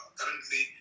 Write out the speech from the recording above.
currently